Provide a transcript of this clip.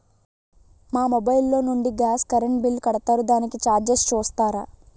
మా మొబైల్ లో నుండి గాస్, కరెన్ బిల్ కడతారు దానికి చార్జెస్ చూస్తారా?